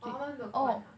or 他们没有关 ah